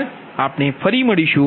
આભાર ફરી પાછા મળીશુ